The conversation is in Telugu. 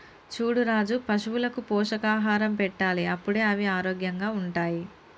చూడు రాజు పశువులకు పోషకాహారం పెట్టాలి అప్పుడే అవి ఆరోగ్యంగా ఉంటాయి